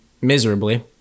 miserably